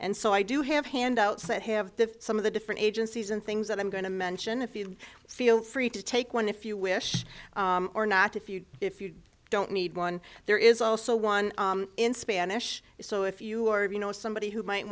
and so i do have handouts that have some of the different agencies and things that i'm going to mention if you feel free to take one if you wish or not if you if you don't need one there is also one in spanish so if you are you know somebody who might